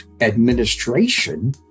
administration